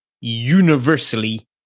universally